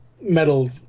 metal